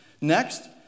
Next